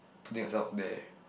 putting yourself there